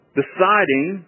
deciding